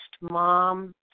mom